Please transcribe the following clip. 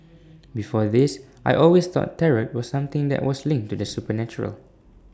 before this I always thought tarot was something that was linked to the supernatural